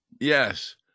Yes